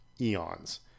eons